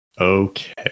Okay